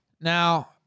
Now